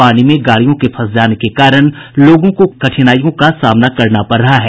पानी में गाड़ियों के फंस जाने के कारण लोगों को कठिनाईयों का सामना करना पड़ रहा है